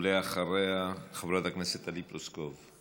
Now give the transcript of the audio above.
בבקשה, ואחריה, חברת הכנסת טלי פלוסקוב.